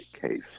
case